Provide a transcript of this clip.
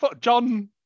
John